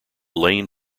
lane